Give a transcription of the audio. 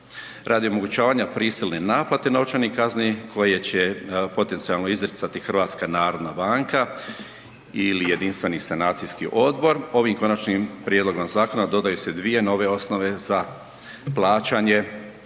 Radi omogućavanja prisilne naplate novčanih kazni koje će potencijalno izricati HNB ili jedinstveni sanacijski odbor ovim konačnim prijedlogom zakona dodaju se dvije nove osnove za plaćanja,